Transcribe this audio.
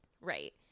right